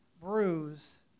bruise